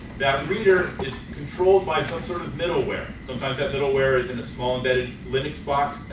that reader is controlled by some sort of middleware. sometimes that middleware is in the small embedded linux box,